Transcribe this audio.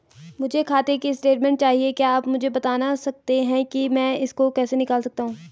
मुझे खाते की स्टेटमेंट चाहिए क्या आप मुझे बताना सकते हैं कि मैं इसको कैसे निकाल सकता हूँ?